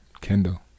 Kendall